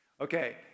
Okay